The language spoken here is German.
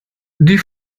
die